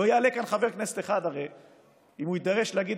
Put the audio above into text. והרי לא יעלה לכאן חבר כנסת אחד שאם יידרש להגיד